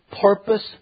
purpose